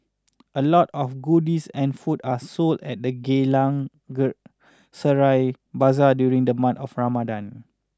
a lot of goodies and food are sold at the Geylang Serai Bazaar during the month of Ramadan